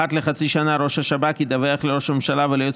אחת לחצי שנה ראש השב"כ ידווח לראש הממשלה וליועץ